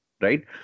right